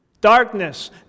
Darkness